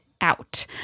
out